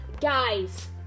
guys